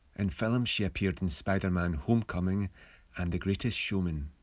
and film she appeared in spiderman homecoming and the greatest showman.